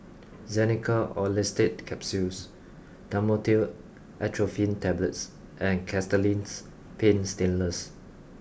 Xenical Orlistat Capsules Dhamotil Atropine Tablets and Castellani's Paint Stainless